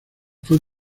fue